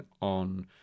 on